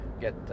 get